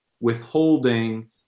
withholding